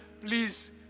Please